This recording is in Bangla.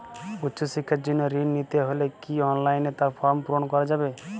উচ্চশিক্ষার জন্য ঋণ নিতে হলে কি অনলাইনে তার ফর্ম পূরণ করা যাবে?